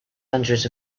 hundreds